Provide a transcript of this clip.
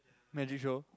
magic show